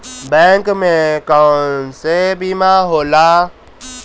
Bank में कौन कौन से बीमा होला?